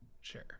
Sure